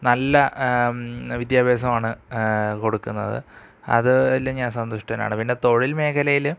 നല്ല വിദ്യാഭ്യാസമാണ് കൊടുക്കുന്നത് അത് ഇല് ഞാൻ സന്തുഷ്ടനാണ് പിന്നെ തൊഴിൽ മേഖലയിൽ